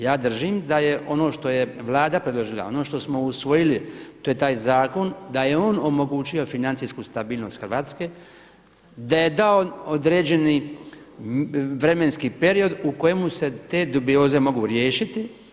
Ja držim da je ono što je Vlada predložila, ono što smo usvojili to je taj zakon da je on omogućio financijsku stabilnost Hrvatske, da je dao određeni vremenski period u kojemu se te dubioze mogu riješiti.